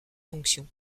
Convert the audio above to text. fonctions